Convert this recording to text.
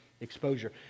exposure